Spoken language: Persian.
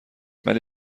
ولی